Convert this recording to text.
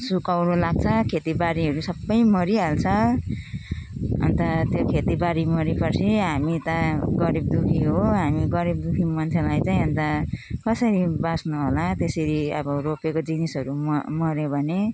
सुकौरो लाग्छ खेतीबारीहरू सबै मरिहाल्छ अनि त त्यो खेतीबारी मरेपछि हामी त गरीब दुखी हो हामी गरीब दुखी मन्छेलाई चाहिँ अनि त कसरी बाँच्नु होला त्यसरी अब रोपेको जिनिसहरू म् मऱ्यो भने